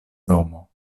domo